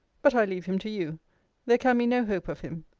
but i leave him to you there can be no hope of him.